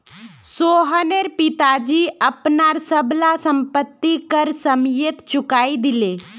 सोहनेर पिताजी अपनार सब ला संपति कर समयेत चुकई दिले